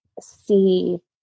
see